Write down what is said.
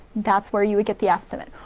that's where you get the estimate,